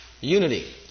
Unity